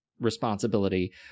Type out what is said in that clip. responsibility